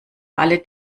alle